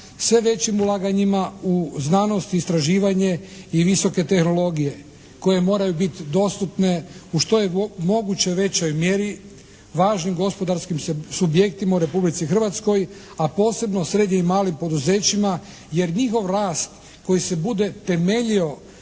sve većim ulaganjima u znanost, istraživanje i visoke tehnologije koje moraju biti dostupne u što je moguće većoj mjeri, važnim gospodarskim subjektima u Republici Hrvatskoj, a posebno srednjim i malim poduzećima jer njihov rast koji se bude temeljio